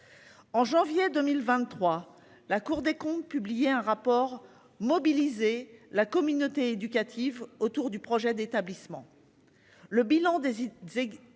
En janvier 2023, la Cour des comptes publié un rapport mobiliser la communauté éducative autour du projet d'établissement.